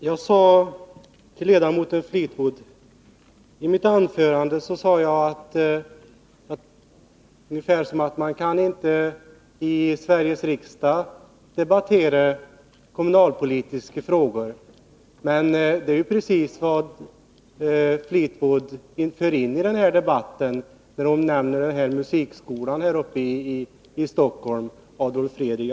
Fru talman! I mitt anförande sade jag att man inte i Sveriges riksdag kan debattera kommunalpolitiska frågor. Men det är precis vad ledamoten Elisabeth Fleetwood för in i den här debatten, när hon nämner musikskolan här uppe i Stockholm, Adolf Fredrik.